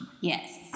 Yes